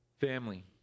family